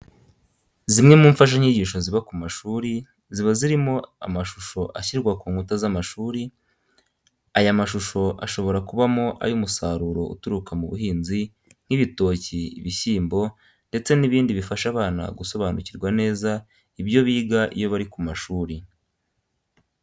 Zimwe mu mfashanyigisho ziba ku mashuri, ziba zirimo amshusho ashyirwa ku nkuta z'amashuri. Aya mashusho ashobora kubamo ay'umusaruro uturuka mu buhinzi nk'ibitoki, ibishyimbo ndetse n'ibindi bifasha abana gusobanukirwa neza ibyo biga iyo bari ku mashuri.